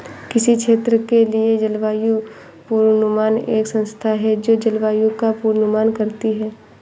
किसी क्षेत्र के लिए जलवायु पूर्वानुमान एक संस्था है जो जलवायु का पूर्वानुमान करती है